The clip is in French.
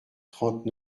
trente